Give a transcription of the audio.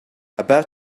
about